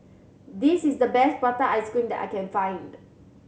this is the best prata ice cream that I can find